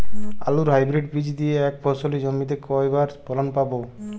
আলুর হাইব্রিড বীজ দিয়ে এক ফসলী জমিতে কয়বার ফলন পাব?